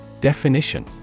Definition